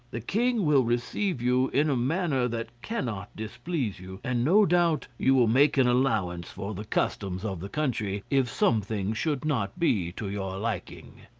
the king will receive you in a manner that cannot displease you and no doubt you will make an allowance for the customs of the country, if some things should not be to your liking.